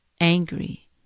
angry